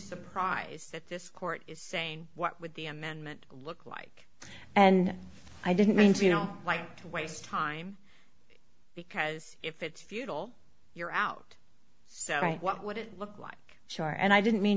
surprised that this court is saying what would the amendment look like and i didn't mean to you know like to waste time because if it's futile you're out so right what would it look like sure and i didn't mean